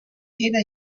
era